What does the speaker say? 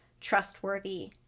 trustworthy